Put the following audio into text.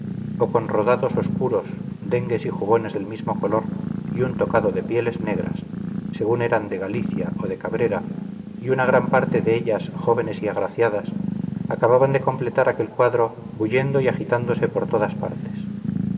o con rodados oscuros dengues y jubones del mismo color y un tocado de pieles negras según eran de galicia o de cabrera y una gran parte de ellas jóvenes y agraciadas acababan de completar aquel cuadro bullendo y agitándose por todas partes